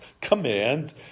command